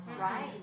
Right